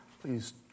Please